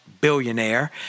billionaire